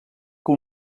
que